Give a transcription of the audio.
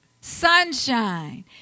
Sunshine